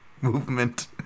movement